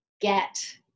get